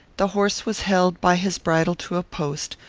the horse was held by his bridle to a post,